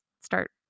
start